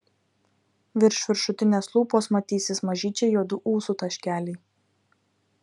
virš viršutinės lūpos matysis mažyčiai juodų ūsų taškeliai